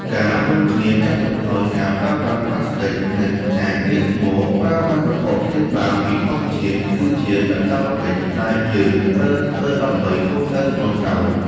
ការរួមគ្នាកាត់បន្ថយការប្រើប្រាស់ប្លាស្ទិក និង ការងាកមកប្រើប្រាស់វត្ថុធាតុដើមពីធម្មជាតិ គឺជាកាតព្វកិច្ចដែលយើងត្រូវធ្វើដើម្បីកូនចៅជំនាន់ក្រោយ។